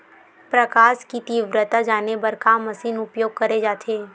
प्रकाश कि तीव्रता जाने बर का मशीन उपयोग करे जाथे?